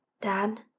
Dad